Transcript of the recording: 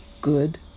good